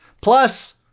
plus